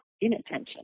inattention